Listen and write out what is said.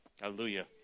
Hallelujah